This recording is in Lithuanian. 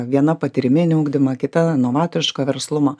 viena patyriminį ugdymą kita novatorišką verslumą